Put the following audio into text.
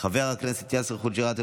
חבר הכנסת יאסר חוג'יראת,